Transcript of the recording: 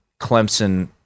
Clemson